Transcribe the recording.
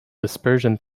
dispersion